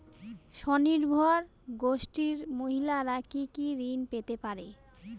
স্বনির্ভর গোষ্ঠীর মহিলারা কি কি ঋণ পেতে পারে?